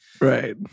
Right